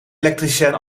elektricien